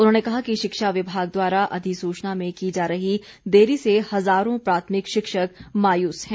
उन्होंने कहा कि शिक्षा विभाग द्वारा अधिसूचना में की जा रही देरी से हज़ारों प्राथमिक शिक्षक मायूस हैं